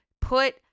put